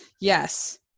Yes